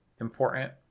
important